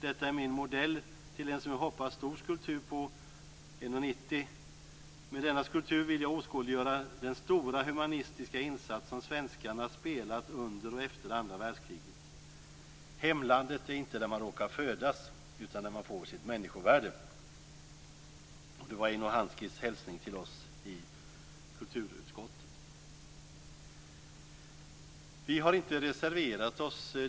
Detta är min modell till en som jag hoppas stor skulptur på 1,90. Med denna skulptur vill jag åskådliggöra den stora humanistiska insats som svenskarna spelat under och efter andra världskriget. Hemlandet är inte där man råkar födas, utan där man får sitt människovärde. Det var Eino Hanskis hälsning till oss i kulturutskottet. Vi har inte reserverat oss.